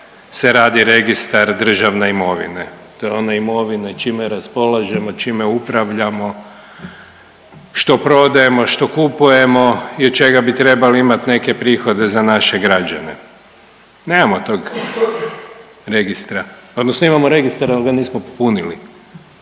se radi registar državne imovine. To je ono, imovine čime raspolažemo, čime upravljamo, što prodajemo, što kupujemo i od čega bi trebali imati neke prihode za naše građane. Nemamo tog registra, odnosno imamo registar, ali ga nismo popunili.